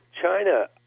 China